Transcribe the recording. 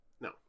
No